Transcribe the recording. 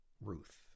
Ruth